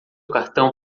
cartão